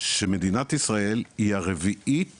שמדינת ישראל היא הרביעית